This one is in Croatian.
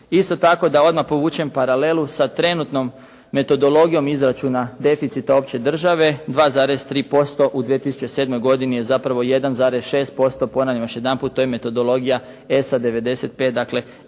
Isto tako da odmah povučem paralelu sa trenutnom metodologijom izračuna opće države. 2,3% u 2007. godini je zapravo 1,6%. Ponavljam još jedanput to je metodologija ESA 95 dakle